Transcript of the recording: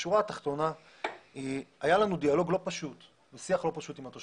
מדובר שם בפיוז תקול שהעביר את המערכת למצב שהצריך הפעלת לפיד בלחץ